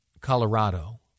Colorado